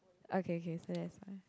okay k so that's fine